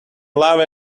love